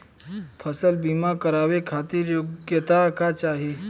फसल बीमा करावे खातिर योग्यता का चाही?